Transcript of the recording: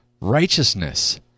righteousness